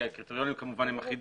כי הקריטריונים כמובן הם אחידים,